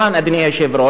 אדוני היושב-ראש.